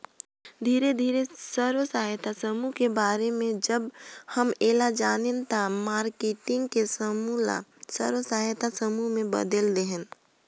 धीरे धीरे स्व सहायता समुह के बारे में जब हम ऐला जानेन त मारकेटिंग के समूह ल स्व सहायता समूह में बदेल देहेन